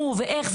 מו ואיך.